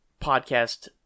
podcast